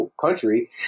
country